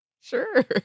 Sure